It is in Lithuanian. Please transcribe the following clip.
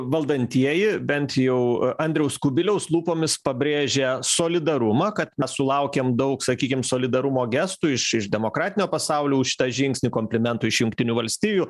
valdantieji bent jau andriaus kubiliaus lūpomis pabrėžia solidarumą kad mes sulaukiam daug sakykim solidarumo gestų iš iš demokratinio pasaulio už šitą žingsnį komplimentų iš jungtinių valstijų